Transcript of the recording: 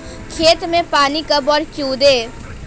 खेत में पानी कब और क्यों दें?